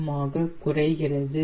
M ஆக குறைகிறது